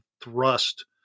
thrust